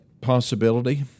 possibility